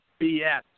BS